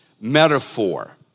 metaphor